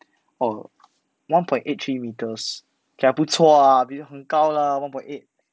oh one point eight three metres okay lah 不错啦很高啦 one point eight